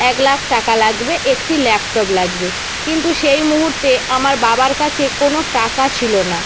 এক লাখ টাকা লাগবে একটি ল্যাপটপ লাগবে কিন্তু সেই মুহুর্তে আমার বাবার কাছে কোনো টাকা ছিলো না